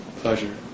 pleasure